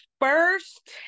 first